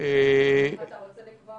לקבוע